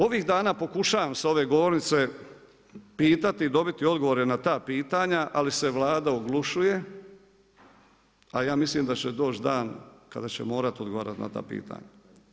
Ovih dana pokušavam sa ove govornice pitati, dobiti odgovore na ta pitanja, ali se Vlada oglušuje, a ja mislim da će doći dan kada će morat odgovarat na ta pitanja.